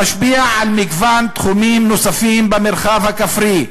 המשפיע על מגוון תחומים נוספים במרחב הכפרי,